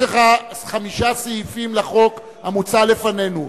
יש חמישה סעיפים לחוק המוצע לפנינו.